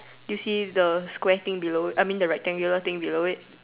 do you see the square thing below it I mean the rectangular thing below it